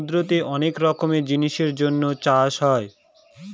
সমুদ্রতে অনেক রকমের জিনিসের জন্য চাষ হয়